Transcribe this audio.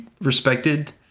respected